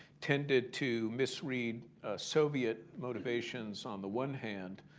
tended to misread soviet motivations on the one hand,